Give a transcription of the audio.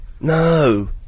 No